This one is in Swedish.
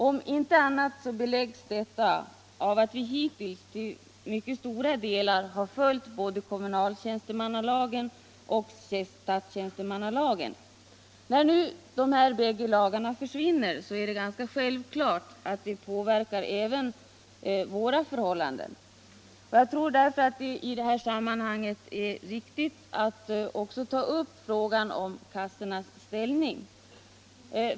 Om inte av annat beläggs detta av att vi i mycket stor utsträckning har följt både kommunaltjänstemannalagen och statstjänstemannalagen. När nu de här två lagarna försvinner, är det ganska självklart att det påverkar även våra förhållanden. Jag tror därför att det i detta sammanhang är riktigt att också ta upp frågan om kassornas ställning.